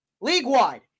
league-wide